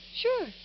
Sure